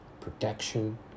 protection